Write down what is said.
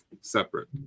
separate